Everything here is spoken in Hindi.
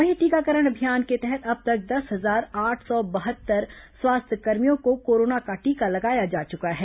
वहीं टीकाकरण अभियान के तहत अब तक दस हजार आठ सौ बहत्तर स्वास्थ्यकर्मियों को कोरोना का टीका लगाया जा चुका है